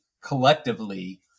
collectively